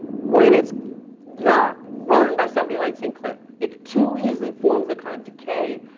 when it's not run by somebody like st. clair. it too easily forms the kind of decay.